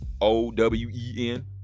O-W-E-N